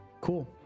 Cool